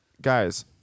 Guys